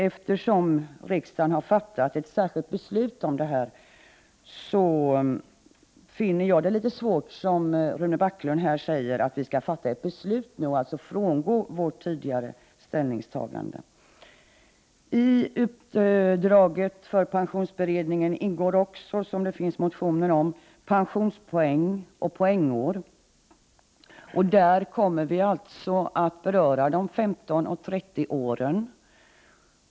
Eftersom riksdagen har fattat ett särskilt beslut om detta finner jag Rune Backlunds förslag, att vi nu skall fatta ett beslut och frångå vårt tidigare ställningstagande, litet svårt att genomföra. I pensionsberedningens uppdrag ingår också, vilket det finns motioner om, pensionspoäng och poängår. I det sammanhanget kommer vi alltså att beröra de 15 och 30 åren.